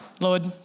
Lord